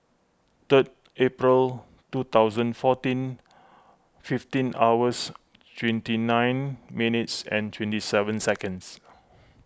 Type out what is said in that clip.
third April two thousand fourteen fifteen hours twenty nine minutes and twenty seven seconds